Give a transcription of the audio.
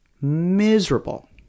Miserable